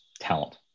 talent